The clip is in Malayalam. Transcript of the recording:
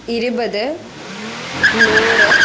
ഇരുപത് നൂറ്